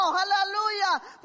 hallelujah